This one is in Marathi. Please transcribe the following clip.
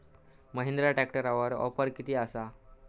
महिंद्रा ट्रॅकटरवर ऑफर किती आसा?